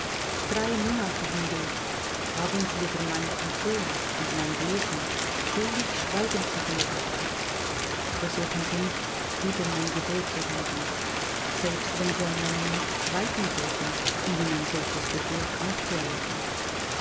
drei monate hindurch haben sie über meine person und mein wesen völlig schweigen zu beobachten versuchen sie nicht wider mein gebot zu handeln selbst wenn sie an meiner macht zweifeln sollten ihnen ein solches gebot aufzuerlegen